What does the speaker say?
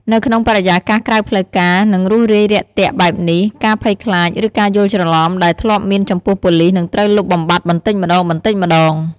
នៅក្នុងបរិយាកាសក្រៅផ្លូវការ និងរួសរាយរាក់ទាក់បែបនេះ ការភ័យខ្លាច ឬការយល់ច្រឡំដែលធ្លាប់មានចំពោះប៉ូលីសនឹងត្រូវលុបបំបាត់បន្តិចម្តងៗ។